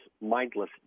mindless